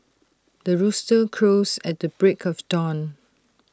the rooster crows at the break of dawn